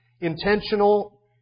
intentional